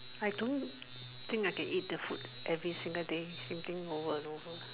I don't think I can eat the food every single day same thing over and over